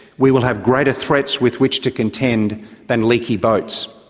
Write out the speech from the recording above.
we will have greater threats with which to contend than leaky boats.